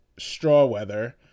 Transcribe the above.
Strawweather